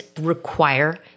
require